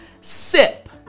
sip